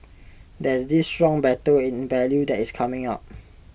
there is this strong battle in value that is coming up